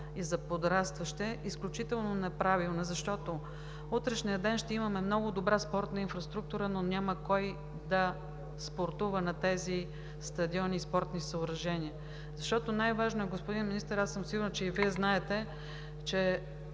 и за подрастващи, е изключително неправилен, защото утрешният ден ще имаме много добра спортна инфраструктура, но няма кой да спортува на тези стадиони и спортни съоръжения. Най-важно е, господин Министър – сигурна съм, че и Вие знаете, че